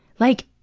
like,